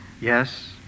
Yes